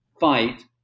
fight